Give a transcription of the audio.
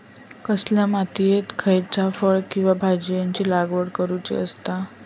कसल्या मातीयेत खयच्या फळ किंवा भाजीयेंची लागवड करुची असता?